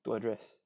to address